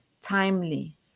timely